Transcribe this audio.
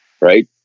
right